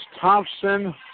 Thompson